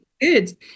Good